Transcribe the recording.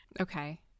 Okay